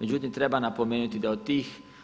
Međutim, treba napomenuti da